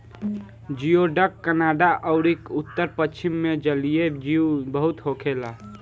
जियोडक Canada अउरी उत्तर पश्चिम मे जलीय जीव बहुत होखेले